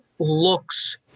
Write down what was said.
looks